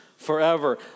forever